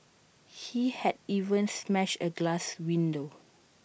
he had even smashed A glass window